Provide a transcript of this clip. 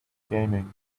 gaming